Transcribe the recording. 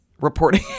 reporting